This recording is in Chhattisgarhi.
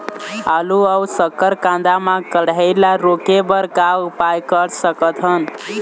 आलू अऊ शक्कर कांदा मा कढ़ाई ला रोके बर का उपाय कर सकथन?